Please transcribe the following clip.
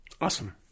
Awesome